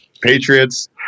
Patriots